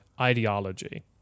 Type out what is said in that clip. ideology